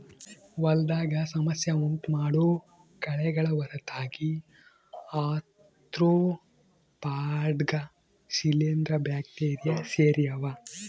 ಹೊಲದಾಗ ಸಮಸ್ಯೆ ಉಂಟುಮಾಡೋ ಕಳೆಗಳ ಹೊರತಾಗಿ ಆರ್ತ್ರೋಪಾಡ್ಗ ಶಿಲೀಂಧ್ರ ಬ್ಯಾಕ್ಟೀರಿ ಸೇರ್ಯಾವ